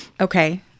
Okay